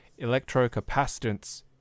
electrocapacitance